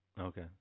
Okay